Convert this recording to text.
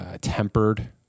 tempered